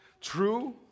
True